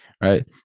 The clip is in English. right